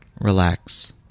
relax